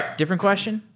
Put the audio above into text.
different question?